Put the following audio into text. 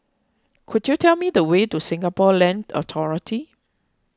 could you tell me the way to Singapore Land Authority